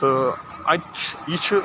تہٕ اَتہِ چھُ یہِ چھُ